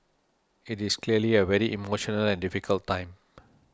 it is clearly a very emotional and difficult time